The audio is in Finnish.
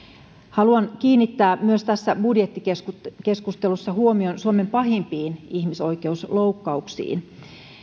haluan kiinnittää myös tässä budjettikeskustelussa huomion suomen pahimpiin ihmisoikeusloukkauksiin